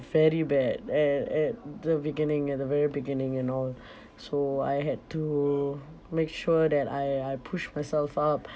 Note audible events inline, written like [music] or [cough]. very bad at at the beginning at the very beginning and all [breath] so I had to make sure that I I push myself up